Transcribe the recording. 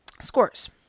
scores